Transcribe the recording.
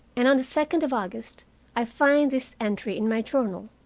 and on the second of august i find this entry in my journal